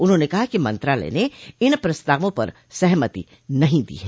उन्होंने कहा कि मंत्रालय ने इन प्रस्तावों पर सहमति नहीं दी है